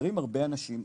חסרים הרבה אנשים,